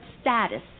status